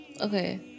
Okay